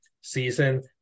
season